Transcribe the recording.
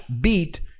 beat